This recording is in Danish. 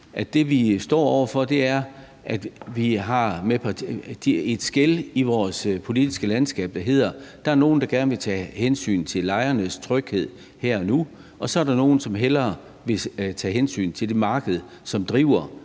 at det, vi står over for, er, at vi har et skel i vores politiske landskab, der hedder, at der er nogle, der gerne vil tage hensyn til lejernes tryghed her og nu, og så er der nogle, som hellere vil tage hensyn til det marked, som driver